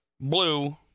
blue